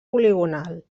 poligonal